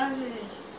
blacktown ya